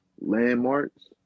landmarks